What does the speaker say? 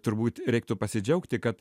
turbūt reiktų pasidžiaugti kad